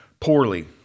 Poorly